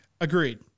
Agreed